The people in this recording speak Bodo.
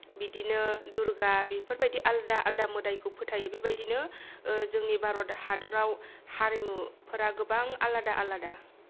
बिदिनो दुर्गा बेफोरबायदि आलादा आलादा मोदायखौ फोथायो बेबायदिनो ओ जोंनि भारत हादराव हारिमुफोरा गोबां आलादा आलादा